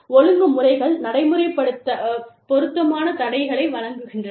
ஒழுங்கு முறைகள் நடைமுறைப்படுத்த பொருத்தமான தடைகளை வழங்குகின்றன